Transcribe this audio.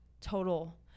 total